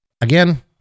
Again